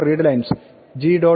readlines g